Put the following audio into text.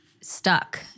stuck